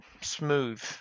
smooth